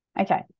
okay